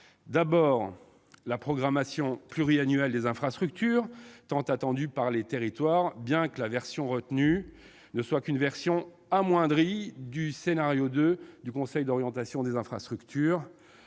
part, la programmation pluriannuelle des infrastructures, tant attendue par les territoires, bien que la version retenue ne soit qu'une version amoindrie du scénario 2 du Conseil d'orientation des infrastructures,